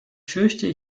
fürchte